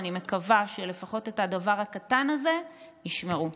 אני מקווה שלפחות את הדבר הקטן הזה ישמרו.